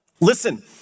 Listen